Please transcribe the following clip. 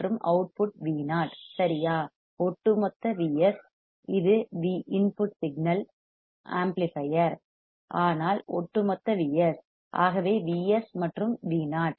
மற்றும் output Vo சரியா ஒட்டுமொத்த Vs இது இன்புட் சிக்னல் ஆம்ப்ளிபையர் ஆனால் ஒட்டுமொத்த Vs ஆகவே Vs மற்றும் Vo